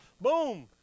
Boom